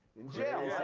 in jail,